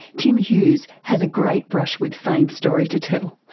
tim hughes has a great brush with fame story to tell,